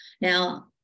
Now